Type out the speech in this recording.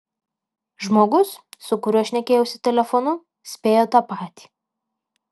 žmogus su kuriuo šnekėjausi telefonu spėjo tą patį